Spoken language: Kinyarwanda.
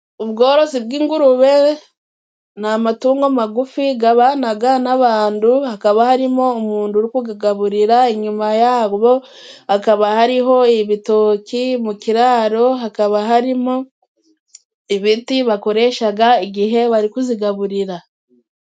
Ubworozi bw'ingurube ni amatungo magufi gabanaga n'abandu, hakaba harimo umundu uri kugagaburira. Inyuma yabwo hakaba hariho ibitoki mu kiraro, hakaba harimo ibiti bakoreshaga igihe bari kuzigaburira.